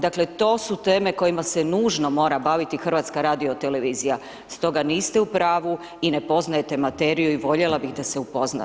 Dakle, to su teme kojima se nužno mora baviti HRT, stoga niste u pravu i ne poznajete materiju i voljela bih da se upoznate.